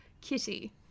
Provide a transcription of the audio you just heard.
Kitty